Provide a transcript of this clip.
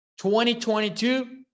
2022